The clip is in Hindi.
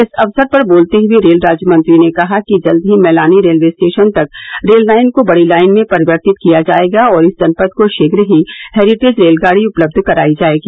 इस अवसर पर बोलते हुए रेल राज्य मंत्री ने कहा कि जल्द ही मैलानी रेलवे स्टेशन तक रेल लाइन को बड़ी लाइन में परिवर्तित किया जायेगा और इस जनपद को शीघ्र ही हेरीटेज रेलगाड़ी उपलब्ध कराई जायेगी